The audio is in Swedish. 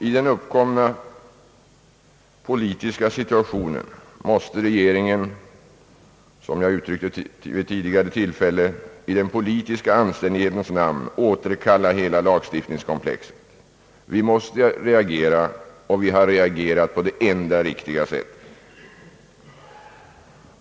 I den uppkomna politiska situationen måste regeringen, som jag uttryckt vid tidigare tillfälle, i den politiska anständighetens namn återkalla hela lagstiftningskomplexet. Vi måste reagera, och vi har reagerat på det enda riktiga sättet.